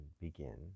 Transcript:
begin